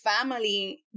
family